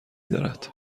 دارد